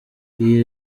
iyi